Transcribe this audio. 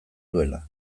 duela